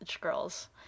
girls